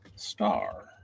star